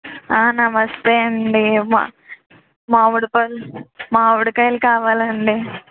ఆ నమస్తే అండి మా మావిడి పళ్ళు మావిడికాయలు కావాలండి